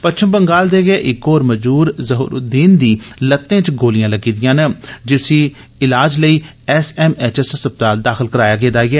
पच्छम बंगाल दे गे इक होर मजूर हजूर उद्दीन दी लत्तें च गोलियां लग्गी दियां न जिसी इलाज लेई एस एम एच एस अस्पताल दाखल कराया गेदा ऐ